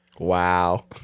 wow